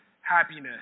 happiness